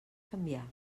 canviar